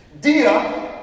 Dia